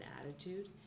attitude